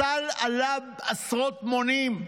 הסל עלה עשרות מונים,